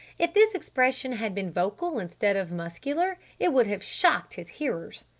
if this expression had been vocal instead of muscular it would have shocked his hearers.